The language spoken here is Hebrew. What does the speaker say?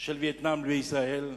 של וייטנאם בישראל.